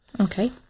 Okay